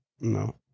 no